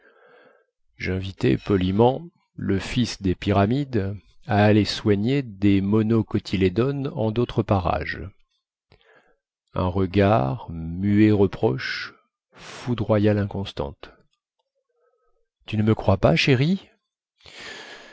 jinvitai poliment le fils des pyramides à aller soigner des monocotylédones en dautres parages un regard muet reproche foudroya linconstante tu ne me crois pas chéri